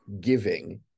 giving